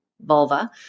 vulva